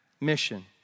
mission